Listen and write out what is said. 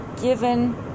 given